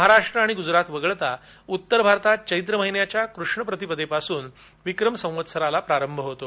महाराष्ट्र आणि गुजरात वगळता उत्तर भारतात चैत्र महिन्याच्या कृष्ण प्रतिपदेपासून विक्रम संवत्सराचा प्रारंभ होतो